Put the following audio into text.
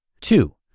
Two